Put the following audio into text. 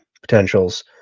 potentials